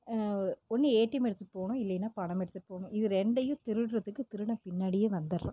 ஒன்று ஏடிஎம் எடுத்துகிட்டு போகணும் இல்லைன்னா பணம் எடுத்துகிட்டு போகணும் இது ரெண்டையும் திருடுகிறதுக்கு திருடன் பின்னாடியே வந்துடுறான்